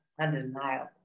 undeniable